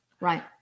Right